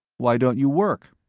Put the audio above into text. why don't you work?